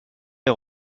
les